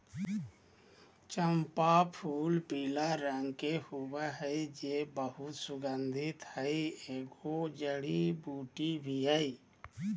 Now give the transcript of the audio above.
चम्पा फूलपीला रंग के होबे हइ जे बहुत सुगन्धित हइ, एगो जड़ी बूटी भी हइ